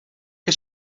que